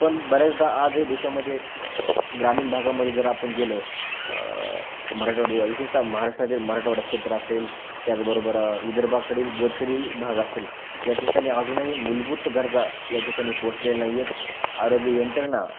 पण बऱ्याचदा आजही देशामध्ये ग्रामीण भागामध्ये जर आपण गेलो मराठवाडी विशेषतः महाराष्ट्रातील मराठवाडा क्षेत्र असेल त्याचबरोबर विदर्भाकडील भाग असेल या ठिकाणी अजूनही मूलभूत गरजा या ठिकाणी पोहोचले नाही आहेत आरोग्य यंत्रणा